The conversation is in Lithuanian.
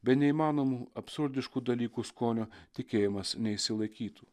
be neįmanomų absurdiškų dalykų skonio tikėjimas neišsilaikytų